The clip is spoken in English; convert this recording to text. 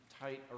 tight